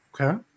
Okay